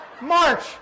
March